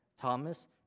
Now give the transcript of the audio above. Thomas